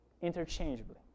interchangeably